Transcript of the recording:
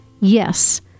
Yes